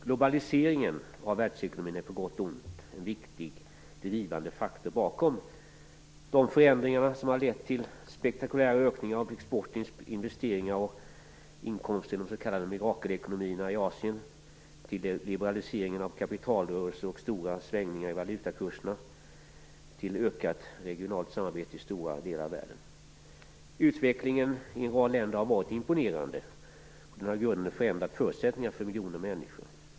Globaliseringen av världsekonomin är, på gott och ont, en viktig drivande faktor bakom de förändringar som lett till spektakulära ökningar av export, investeringar och inkomster i de s.k. mirakelekonomierna i Asien. Den har också lett till liberalisering av kapitalrörelser, till stora svängningar i valutakurserna och till ökat regionalt samarbete i stora delar av världen. Utvecklingen i en rad länder har varit imponerande, och den har i grunden förändrat förutsättningarna för miljoner människor.